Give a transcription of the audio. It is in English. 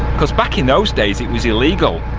cos back in those days, it was illegal.